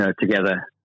together